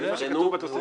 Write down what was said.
זה מה שכתוב בתוספת.